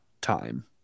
Time